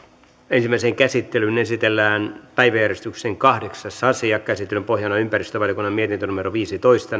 ensimmäiseen käsittelyyn esitellään päiväjärjestyksen kahdeksas asia käsittelyn pohjana on ympäristövaliokunnan mietintö viisitoista